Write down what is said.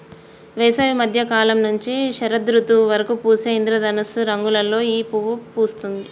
వేసవి మద్య కాలం నుంచి శరదృతువు వరకు పూసే ఇంద్రధనస్సు రంగులలో ఈ పువ్వు పూస్తుంది